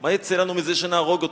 מה יצא לנו מזה שנהרוג אותו,